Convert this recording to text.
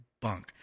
bunk